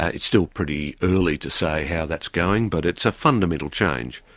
ah it's still pretty early to say how that's going, but it's a fundamental change.